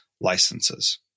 licenses